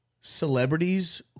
celebrities